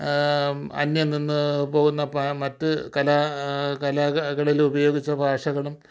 അന്യം നിന്നുപോവുന്ന മറ്റ് കല കലകളിൽ ഉപയോഗിച്ച ഭാഷകളും